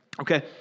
okay